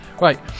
right